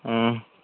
हूं